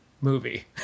movie